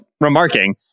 remarking